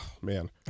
man